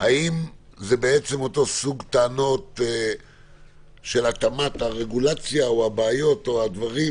האם זה אותו סוג טענות של התאמת הרגולציה להנחיות,